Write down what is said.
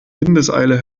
windeseile